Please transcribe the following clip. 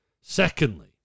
Secondly